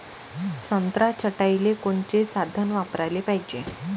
संत्रा छटाईले कोनचे साधन वापराले पाहिजे?